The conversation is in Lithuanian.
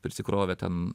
prisikrovė ten